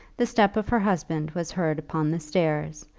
the step of her husband was heard upon the stairs,